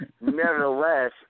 nevertheless